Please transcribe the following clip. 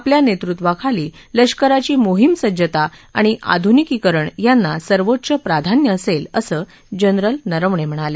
आपल्या नेतृत्वाखाली लष्कराची मोहिमसज्जता आणि आधुनिकीकरण यांना सर्वोच्च प्राधान्य असेल असं जनरल नरवणे म्हणाले